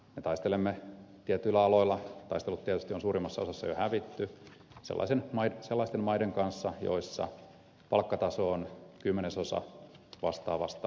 me taistelemme tietyillä aloilla taistelut tietysti on suurimmassa osassa jo hävitty sellaisten maiden kanssa joissa palkkataso on kymmenesosa vastaavasta mitä täällä on